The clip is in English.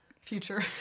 Future